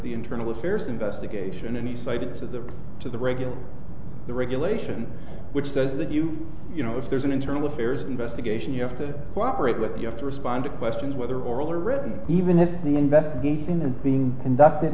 the internal affairs investigation and he cited to the to the regular the regulation which says that you you know if there's an internal affairs investigation you have to cooperate with you have to respond to questions whether or written even if the investigating and being conducted